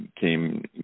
came